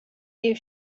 you